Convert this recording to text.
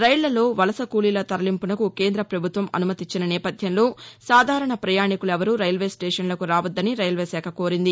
రైళ్లలో వలస కూలీల తరలింపునకు కేంద్రప్రభుత్వం అనుమతిచ్చిన నేపథ్యంలో సాధారణ ప్రయాణికులెవరూ రైల్వే స్టేషన్షకు రావొద్దని రైల్వే శాఖ కోరింది